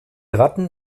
ratten